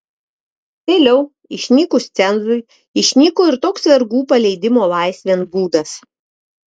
vėliau išnykus cenzui išnyko ir toks vergų paleidimo laisvėn būdas